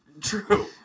True